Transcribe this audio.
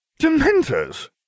Dementors